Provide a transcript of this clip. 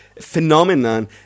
phenomenon